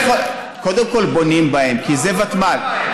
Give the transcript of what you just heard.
קודם כול, בונים בהן, כי זה ותמ"ל.